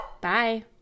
bye